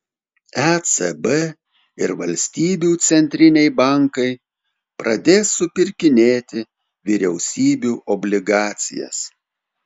ecb ir valstybių centriniai bankai pradės supirkinėti vyriausybių obligacijas